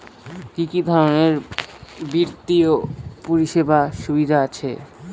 কি কি ধরনের বিত্তীয় পরিষেবার সুবিধা আছে?